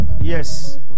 yes